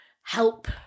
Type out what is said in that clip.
help